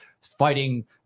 fighting